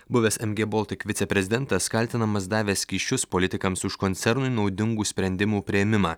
buvęs mg boltik viceprezidentas kaltinamas davęs kyšius politikams už koncernui naudingų sprendimų priėmimą